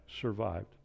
survived